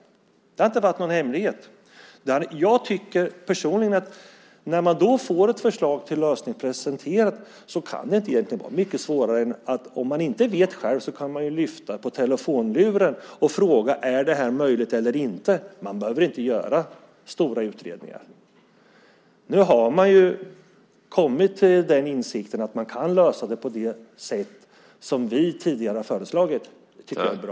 Det har inte varit någon hemlighet. När ett förslag till lösning presenteras tycker jag personligen att det egentligen inte är mycket svårare än att, om man inte vet svaret själv, lyfta telefonluren och fråga om förslaget är möjligt att genomföra eller inte. Man behöver inte göra stora utredningar. Nu har man kommit till insikt om att man kan lösa det på det sätt som vi tidigare har föreslagit, och det tycker jag är bra.